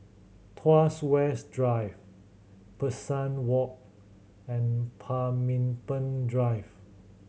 Tuas West Drive Pesari Walk and Pemimpin Drive